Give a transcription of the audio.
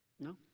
no